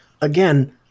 Again